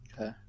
Okay